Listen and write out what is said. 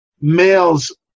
males